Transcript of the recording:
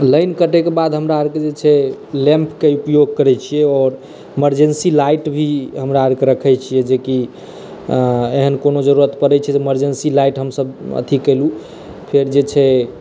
line कटैक बाद हमरा आरके जे छै लैम्प क उपयोग करै छियै आओर इमरजेंसी लाइट भी हमरा आरके रखै छियै जे की एहन कोनो जरूरत परै छै तऽ इमरजेंसी लाइट हमसभ अथी केलहुँ फेर जे छै